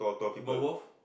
small wharf